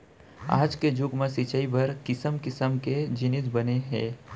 आज के जुग म सिंचई बर किसम किसम के जिनिस बने हे